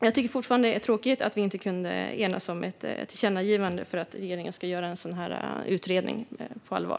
Jag tycker fortfarande att det är tråkigt att vi inte kunde enas om ett tillkännagivande för att regeringen ska göra en sådan här utredning på allvar.